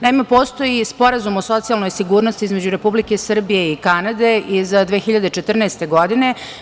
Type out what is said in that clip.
Naime, postoji Sporazum o socijalnoj sigurnosti između Republike Srbije i Kanade iz 2014. godine.